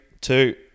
two